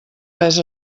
res